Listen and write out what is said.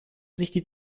sich